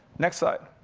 next slide.